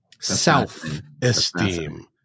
Self-esteem